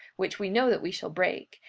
which we know that we shall break,